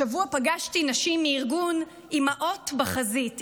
השבוע פגשתי נשים מארגון אימהות בחזית,